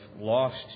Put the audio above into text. lost